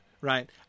right